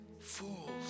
Fools